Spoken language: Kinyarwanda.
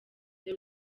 the